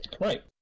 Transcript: right